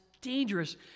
dangerous